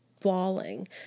bawling